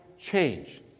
change